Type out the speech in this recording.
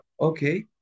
Okay